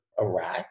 Iraq